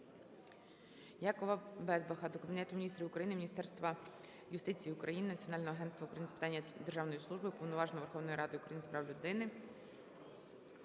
Якова Безбаха до Кабінету Міністрів України, Міністерства юстиції України, Національного агентства України з питань державної служби, Уповноваженого Верховної Ради України з прав людини,